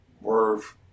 worth